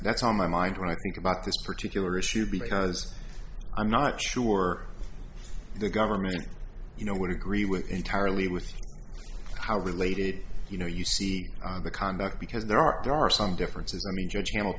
that's on my mind when i think about this particular issue because i'm not sure the government you know would agree with entirely with how related you know you see the conduct because there are some differences i mean judge pan